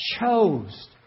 chose